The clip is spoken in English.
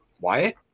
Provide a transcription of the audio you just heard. Wyatt